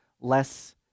less